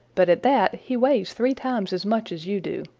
but at that he weighs three times as much as you do.